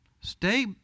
Stay